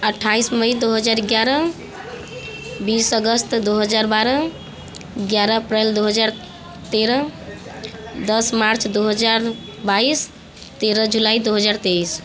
अट्ठाईस मई दो हज़ार ग्यारह बीस अगस्त दो हज़ार बारह ग्यारह अप्रैल दो हज़ार तेरह दस मार्च दो हज़ार बाईस तेरह जुलाई दो हज़ार तेईस